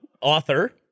author